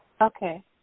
Okay